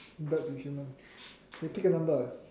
birds with human okay pick a number